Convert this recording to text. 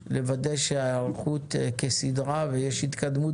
כדי לוודא שההיערכות כסדרה ויש התקדמות